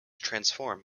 transform